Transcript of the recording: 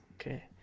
Okay